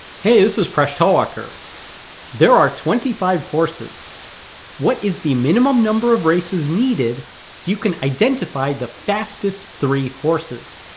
hey, this is presh talwalkar there are twenty five horses what is the minimum number of races needed so you can identify the fastest three horses?